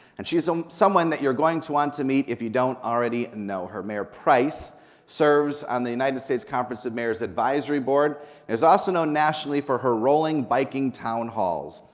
and she's um someone that you're going to want to meet if you don't already know her. mayor price serves on the united states conference of mayors advisory board and is also known nationally for her rolling, biking town halls.